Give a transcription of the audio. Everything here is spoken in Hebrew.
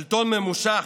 שלטון ממושך,